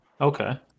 okay